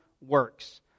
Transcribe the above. works